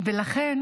ולכן